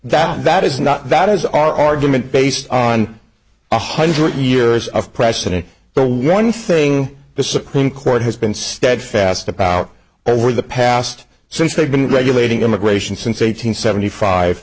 that that is not that is our argument based on one hundred years of precedent the one thing the supreme court has been steadfast about over the past since they've been regulating immigration since eight hundred seventy five